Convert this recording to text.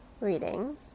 reading